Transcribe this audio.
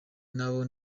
nabo